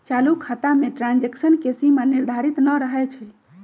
चालू खता में ट्रांजैक्शन के सीमा निर्धारित न रहै छइ